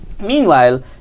Meanwhile